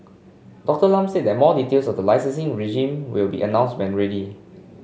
Doctor Lam said that more details of the licensing regime will be announced when ready